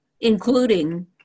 including